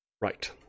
Right